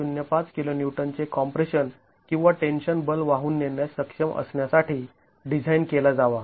०५ kN चे compression किंवा tension बल वाहून नेण्यास सक्षम असण्यासाठी डिझाईन केला जावा